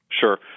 Sure